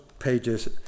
Pages